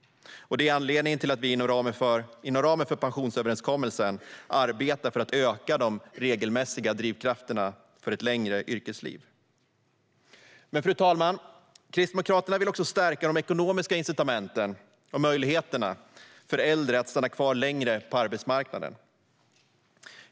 Detta är anledningen till att vi inom ramen för pensionsöverenskommelsen arbetar för att öka de regelmässiga drivkrafterna för ett längre yrkesliv. Men, fru talman, Kristdemokraterna vill också stärka de ekonomiska incitamenten och möjligheterna för äldre att stanna kvar längre på arbetsmarknaden.